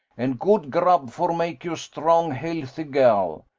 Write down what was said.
and good grub for make you strong, healthy gel.